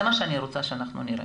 זה מה שאני רוצה שאנחנו נראה.